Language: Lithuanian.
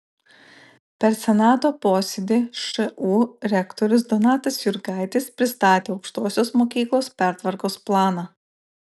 per senato posėdį šu rektorius donatas jurgaitis pristatė aukštosios mokyklos pertvarkos planą